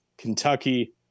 Kentucky